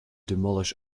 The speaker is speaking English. demolish